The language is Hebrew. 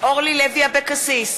אורלי לוי אבקסיס,